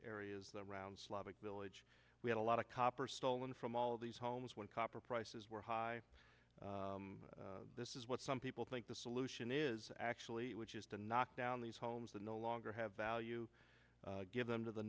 that around slavic village we had a lot of copper stolen from all these homes when copper prices were high this is what some people think the solution is actually which is to knock down these homes that no longer have value give them to the